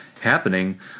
happening